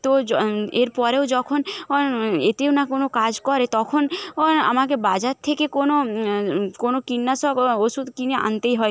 তো য এরপরেও যখন অন এতেও না কোনো কাজ করে তখন অন আমাকে বাজার থেকে কোনো কোনো কীটনাশক ওষুধ কিনে আনতেই হয়